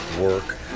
work